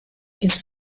his